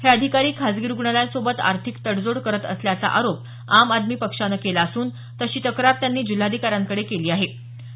हे अधिकारी खासगी रुग्णालयांसोबत आर्थिक तडजोड करत असल्याचा आरोप आम आदमी पक्षानं केला असून तशी तक्रार त्यांनी जिल्हाधिकाऱ्यांकडे केली होती